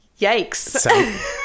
Yikes